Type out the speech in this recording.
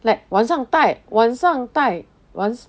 like 晚上戴晚上戴完